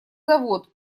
завод